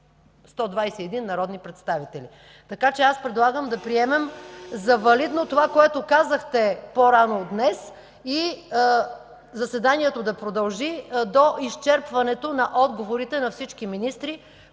121 народни представители. Аз предлагам да приемем за валидно това, което казахте по рано днес, и заседанието да продължи до изчерпването на отговорите на всички министри,